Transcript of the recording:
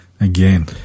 again